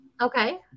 Okay